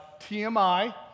TMI